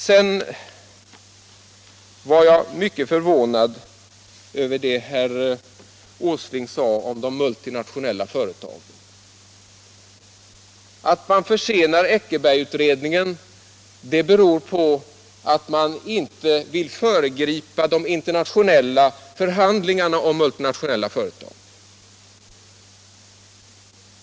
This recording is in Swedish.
Sedan var jag mycket förvånad över det herr Åsling sade om de multinationella företagen, nämligen att förseningen av Eckerbergutredningen beror på att man inte vill föregripa de internationella förhandlingarna om multinationella företag.